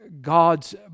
God's